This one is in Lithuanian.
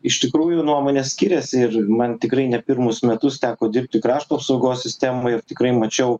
iš tikrųjų nuomonės skiriasi ir man tikrai ne pirmus metus teko dirbti krašto apsaugos sistemoj ir tikrai mačiau